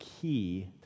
key